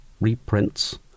reprints